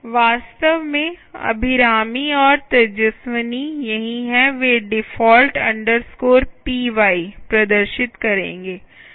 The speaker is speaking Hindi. वास्तव में अभिराम और तेजस्विनी यहीं हैं वे default underscore p y default py प्रदर्शित करेंगे